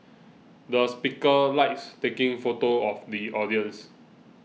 the speaker likes taking photos of the audience